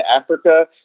Africa